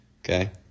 Okay